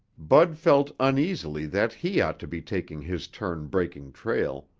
bud felt uneasily that he ought to be taking his turn breaking trail,